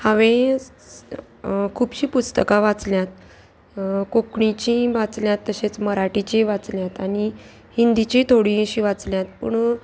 हांवें खुबशीं पुस्तकां वाचल्यात कोंकणीची वाचल्यात तशेंच मराठीची वाचल्यात आनी हिंदीची थोडी अशी वाचल्यात पूण